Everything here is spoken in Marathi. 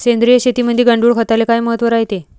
सेंद्रिय शेतीमंदी गांडूळखताले काय महत्त्व रायते?